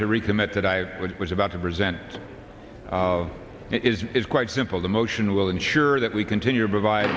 to recommit that i was about to present it is is quite simple the motion will ensure that we continue provid